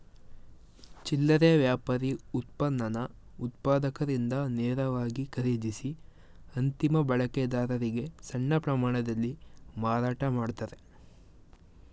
ಚಿಲ್ಲರೆ ವ್ಯಾಪಾರಿ ಉತ್ಪನ್ನನ ಉತ್ಪಾದಕರಿಂದ ನೇರವಾಗಿ ಖರೀದಿಸಿ ಅಂತಿಮ ಬಳಕೆದಾರರಿಗೆ ಸಣ್ಣ ಪ್ರಮಾಣದಲ್ಲಿ ಮಾರಾಟ ಮಾಡ್ತಾರೆ